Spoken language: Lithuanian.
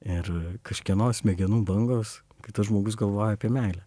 ir kažkieno smegenų bangos kai tas žmogus galvoja apie meilę